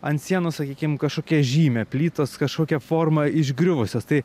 ant sienos sakykim kažkokia žymė plytos kažkokia forma išgriuvusias tai